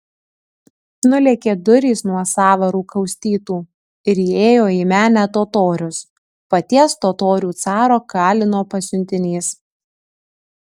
nulėkė durys nuo sąvarų kaustytų ir įėjo į menę totorius paties totorių caro kalino pasiuntinys